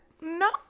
no